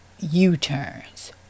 U-turns